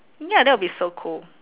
ya that'll be so cool